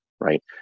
right